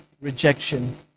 rejection